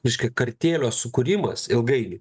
reiškia kartėlio sukūrimas ilgainiui